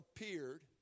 appeared